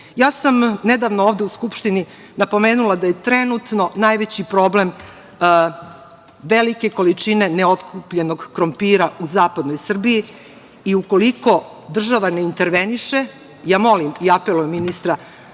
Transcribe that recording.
sam nedavno ovde u Skupštini napomenula da je trenutno najveći problem – velike količine neotkupljenog krompira u zapadnoj Srbiji i ukoliko država na interveniše, molim i apelujem ministra,